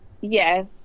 Yes